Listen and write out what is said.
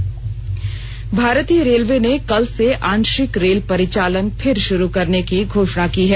railway भारतीय railway ने कल से आंशिक रेल परिचालन फिर शुरू करने की घोषणा की है